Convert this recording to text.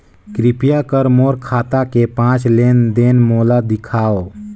कृपया कर मोर खाता के पांच लेन देन मोला दिखावव